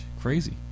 Crazy